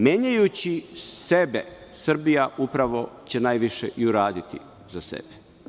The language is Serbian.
Menjajući sebe Srbija će upravo najviše i u raditi za sebe.